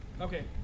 Okay